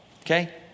Okay